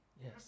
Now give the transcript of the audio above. Yes